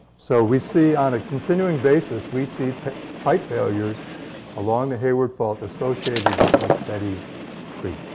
so we see on a continuing basis, we see pipe failures along the hayward fault associated with this steady creep.